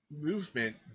movement